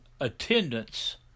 attendance